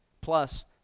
Plus